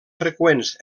freqüents